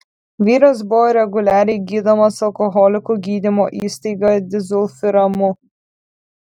vyras buvo reguliariai gydomas alkoholikų gydymo įstaigoje disulfiramu